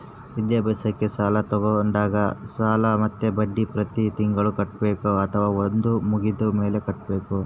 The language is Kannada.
ವಿದ್ಯಾಭ್ಯಾಸಕ್ಕೆ ಸಾಲ ತೋಗೊಂಡಾಗ ಅಸಲು ಮತ್ತೆ ಬಡ್ಡಿ ಪ್ರತಿ ತಿಂಗಳು ಕಟ್ಟಬೇಕಾ ಅಥವಾ ಓದು ಮುಗಿದ ಮೇಲೆ ಕಟ್ಟಬೇಕಾ?